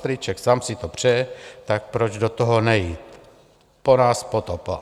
Strýček Sam si to přeje, tak proč do toho nejít, po nás potopa.